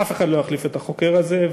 אף אחד לא יחליף את החוקר הזה,